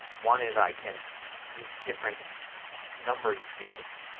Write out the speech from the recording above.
one is i can use different numbering schemes.